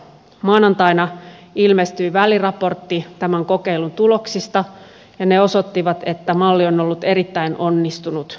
maanantaina ilmestyi väliraportti tämän kokeilun tuloksista ja ne osoittivat että malli on ollut erittäin onnistunut